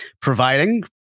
providing